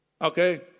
Okay